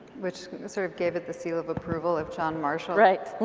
which sort of gave it the seal of approval if john marshall right!